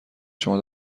شما